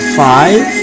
five